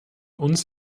uns